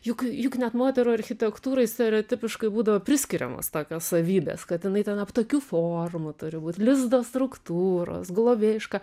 juk juk net moterų architektūrai stereotipiškai būdavo priskiriamos tokios savybės kad jinai ten aptakių formų turi būt lizdo struktūros globėjiška